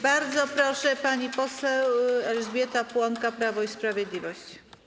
Bardzo proszę, pani poseł Elżbieta Płonka, Prawo i Sprawiedliwość.